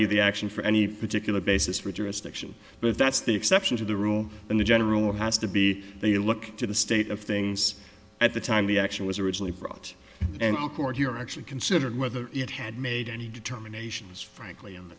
entirety of the action for any particular basis redress the action but that's the exception to the rule and the general has to be they look to the state of things at the time the action was originally brought here actually considered whether it had made any determinations frankly